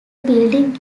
building